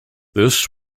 this